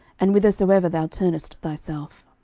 and whithersoever thou turnest thyself